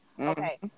okay